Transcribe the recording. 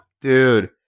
Dude